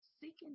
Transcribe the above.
seeking